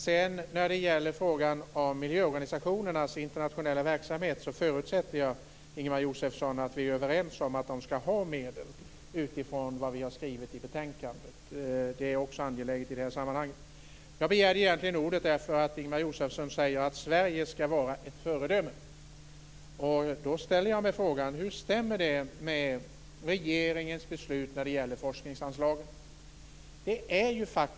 När det sedan gäller frågan om miljöorganisationernas internationella verksamhet förutsätter jag, Ingemar Josefsson, att vi är överens om att de skall ha medel, utifrån vad vi har skrivit i betänkandet. Det är också angeläget i det här sammanhanget. Jag begärde egentligen ordet därför att Ingemar Josefsson sade att Sverige skall vara ett föredöme. Då ställer jag mig frågan: Hur stämmer det med regeringens beslut när det gäller forskningsanslagen?